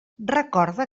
recorda